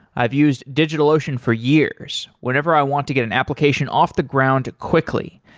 i've used digitalocean for years, whenever i want to get an application off the ground quickly.